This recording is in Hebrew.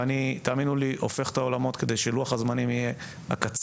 תאמינו לי שאני הופך את העולמות כדי שלוח הזמנים יהיה הקצר